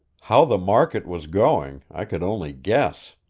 how the market was going, i could only guess.